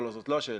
זאת לא השאלה.